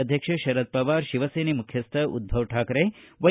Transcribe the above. ಅಧ್ಯಕ್ಷ ಶರದ ಪವಾರ್ ಶಿವಸೇನೆ ಮುಖ್ಯಸ್ವ ಉದ್ದವರಾಕ್ರೆ ವ್ಟೆ